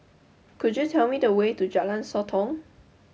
could you tell me the way to Jalan Sotong